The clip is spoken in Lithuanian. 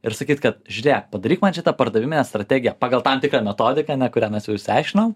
ir sakyt kad žiūrėk padaryk man šitą pardavimę strategiją pagal tam tikrą metodiką ne kurią mes jau išsiaiškinom